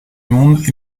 monde